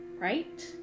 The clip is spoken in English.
right